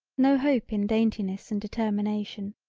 no hope in daintiness and determination.